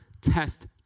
Test